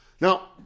Now